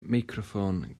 meicroffon